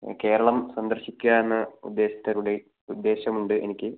കേരളം സന്ദർശിക്കാമെന്ന ഉദ്ദേശത്തോടുകൂടി ഉദ്ദേശം ഉണ്ട് എനിക്ക്